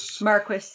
Marquis